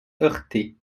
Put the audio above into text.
heurtées